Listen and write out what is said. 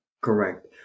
Correct